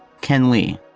ken lee.